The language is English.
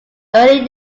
early